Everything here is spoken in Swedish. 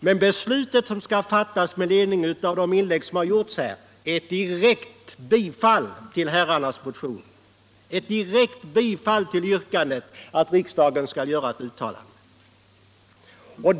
Men beslutet som skall fattas med ledning av de inlägg som har gjorts gäller ett direkt bifall till herrarnas motion, ett direkt bifall till yrkandet att riksdagen skall göra ett uttalande.